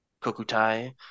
Kokutai